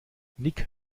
nick